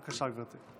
בבקשה, גברתי.